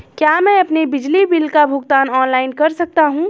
क्या मैं अपने बिजली बिल का भुगतान ऑनलाइन कर सकता हूँ?